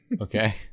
Okay